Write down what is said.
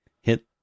hit